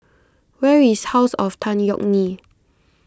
where is House of Tan Yeok Nee